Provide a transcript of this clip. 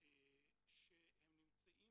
שנמצאים